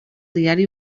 diari